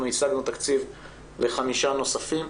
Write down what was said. אנחנו השגנו תקציב לחמישה נוספים,